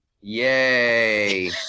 Yay